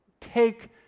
take